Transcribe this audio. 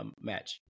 match